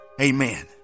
amen